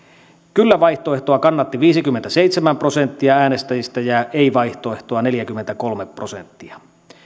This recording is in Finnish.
kyllä vaihtoehtoa kannatti viisikymmentäseitsemän prosenttia äänestäjistä ja ei vaihtoehtoa neljäkymmentäkolme prosenttia